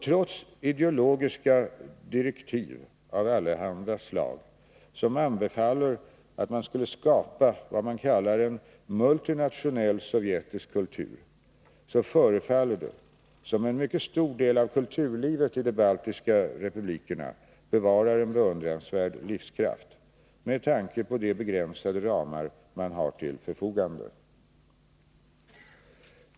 Trots ideologiska direktiv av allehanda slag, som anbefaller att man skall skapa vad man kallar en multinationell sovjetisk kultur, förefaller det som om en mycket stor del av kulturlivet i de baltiska republikerna bevarar en beundransvärd livskraft, med tanke på de begränsade ramar man har till förfogande.